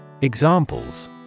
Examples